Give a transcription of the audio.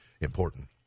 important